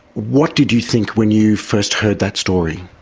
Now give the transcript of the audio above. what did you think when you first heard that story?